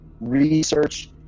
research